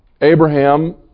Abraham